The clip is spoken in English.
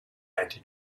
anti